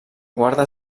guarda